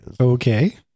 Okay